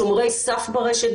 שומרי סף ברשת,